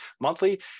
monthly